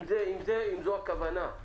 אם זו הכוונה.